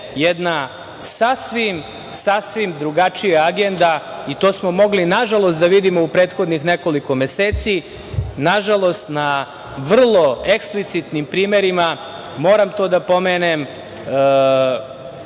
jedna sasvim, sasvim drugačija agenda. To smo mogli, nažalost, da vidimo u prethodnih nekoliko meseci, nažalost, na vrlo eksplicitnim primerima, moram to da pomenem,